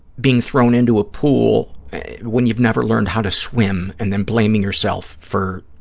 being thrown into a pool when you've never learned how to swim and then blaming yourself for,